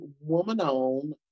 woman-owned